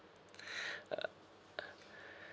uh